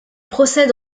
procède